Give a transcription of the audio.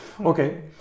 Okay